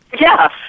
Yes